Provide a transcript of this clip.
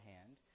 hand